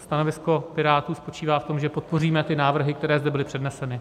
Stanovisko Pirátů spočívá v tom, že podpoříme ty návrhy, které zde byly předneseny.